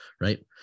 right